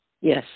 Yes